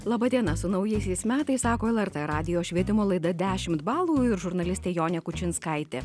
laba diena su naujaisiais metais sako lrt radijo švietimo laida dešimt balų ir žurnalistė jonė kučinskaitė